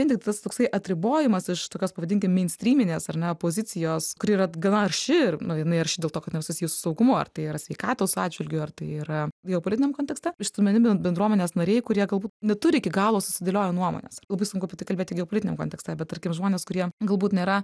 vien tik tas toksai atribojimas iš tokios pavadinkim meinstryminės ar ne opozicijos kuri yra gana arši ir nu jinai arši dėl to kad jinai yra susijusi su saugumu ar tai yra sveikatos atžvilgiu ar tai yra geopolitiniam kontekste išstumiami bendruomenės nariai kurie galbūt neturi iki galo susidėlioję nuomonės labai sunku apie tai kalbėti geopolitiniam kontekste bet tarkim žmonės kurie galbūt nėra